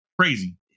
crazy